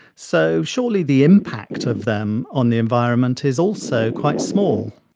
so surely the impact of them on the environment is also quite small.